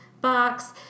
box